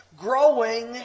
growing